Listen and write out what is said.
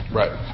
right